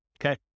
okay